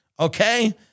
Okay